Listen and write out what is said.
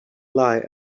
lie